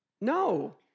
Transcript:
no